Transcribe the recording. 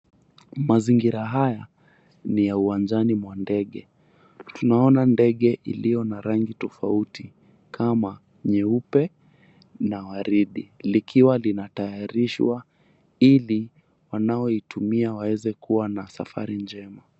Mazingira haya ni ya uwanjani mwa ndege. Tunaona ndege iliyo na rangi tofauti kama nyeupe na waridi likiwa linatayarishwa ili wanaoitumia waweze kua na safari njema.